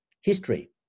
History